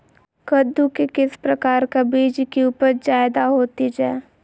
कददु के किस प्रकार का बीज की उपज जायदा होती जय?